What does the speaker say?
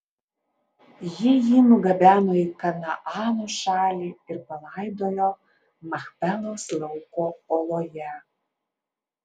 jie jį nugabeno į kanaano šalį ir palaidojo machpelos lauko oloje